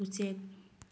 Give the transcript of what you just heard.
ꯎꯆꯦꯛ